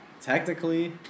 Technically